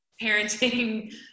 parenting